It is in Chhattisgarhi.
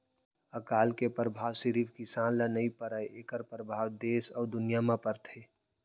अकाल के परभाव सिरिफ किसान ल नइ परय एखर परभाव देस अउ दुनिया म परथे